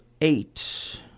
eight